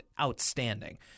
outstanding